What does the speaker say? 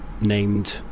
named